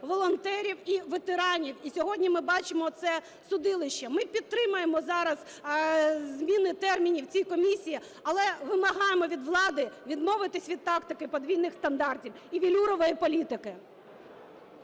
волонтерів і ветеранів, і сьогодні ми бачимо це судилище. Ми підтримаємо зараз зміни термінів в цій комісії, але вимагаємо від влади відмовитись від тактики подвійних стандартів і "велюрової" політики.